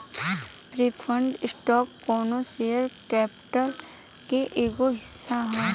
preferred stock कौनो share capital के एगो हिस्सा ह